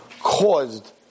caused